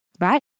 right